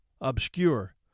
obscure